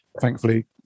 thankfully